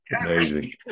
Amazing